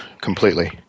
completely